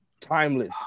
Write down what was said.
timeless